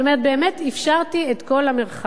זאת אומרת, באמת אפשרתי את כל המרחב.